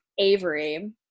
Avery